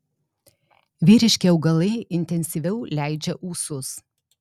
vyriški augalai intensyviau leidžia ūsus